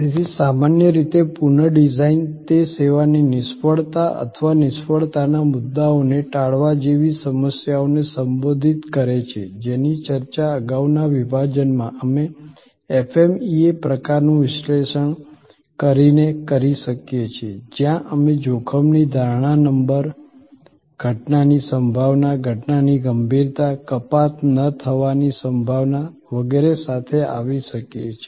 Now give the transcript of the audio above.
તેથી સામાન્ય રીતે પુનઃડિઝાઇન તે સેવાની નિષ્ફળતા અથવા નિષ્ફળતાના મુદ્દાઓને ટાળવા જેવી સમસ્યાઓને સંબોધિત કરે છે જેની ચર્ચા અગાઉના વિભાજનમાં અમે FMEA પ્રકારનું વિશ્લેષણ કરીને કરી શકીએ છીએ જ્યાં અમે જોખમની ધારણા નંબરઘટનાની સંભાવના ઘટનાની ગંભીરતા કપાત ન થવાની સંભાવના વગેરે સાથે આવી શકીએ છીએ